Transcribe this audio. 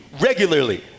regularly